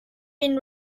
been